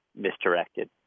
misdirected